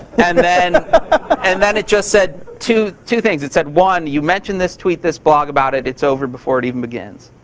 and then and then it just said two two things. it said, one, you mention this tweet, this blog, about it, it's over before it even begins.